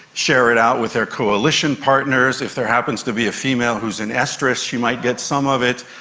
share it out with their coalition partners. if there happens to be a female who is in oestrus, she might get some of it,